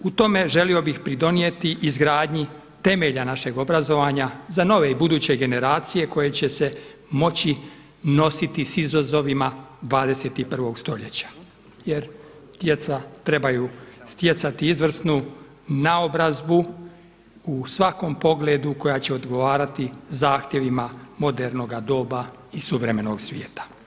U tome želio bih pridonijeti izgradnji temelja našeg obrazovanja za nove i buduće generacije koje će se moći nositi sa izazovima 21. stoljeća jer djeca trebaju stjecati izvrsnu naobrazbu u svakom pogledu koja će odgovarati zahtjevima modernoga doba i suvremenog svijeta.